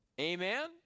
Amen